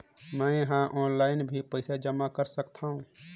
मैं ह ऑनलाइन भी पइसा जमा कर सकथौं?